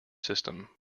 system